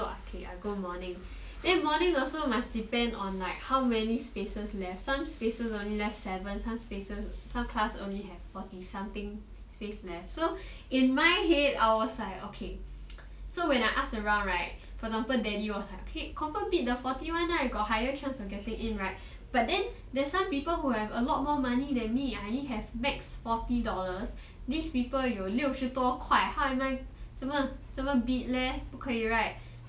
so okay I go morning then morning also must depend on like how many spaces left some spaces only left seven some spaces only have forty something space left so in my head I was like okay so when I ask around right for example daddy confirm bid the forty one right got higher chance of getting it right but then there's some people who have a lot more money than me I only have max forty dollars these people 有六十多块 how am 怎么 bid leh 不可以 right